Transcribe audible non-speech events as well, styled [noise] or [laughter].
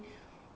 [breath]